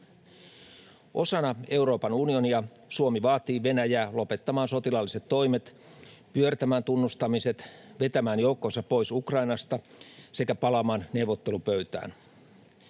Osana Euroopan unionia Suomi vaatii Venäjää lopettamaan sotilaalliset toimet, pyörtämään tunnustamiset, vetämään joukkonsa pois Ukrainasta sekä palaamaan neuvottelupöytään.